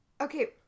Okay